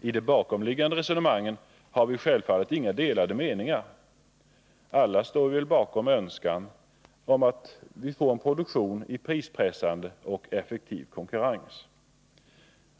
I de bakomliggande resonemangen har vi självfallet inga delade meningar — alla står vi väl bakom önskan om en produktion i prispressande och effektiv konkurrens.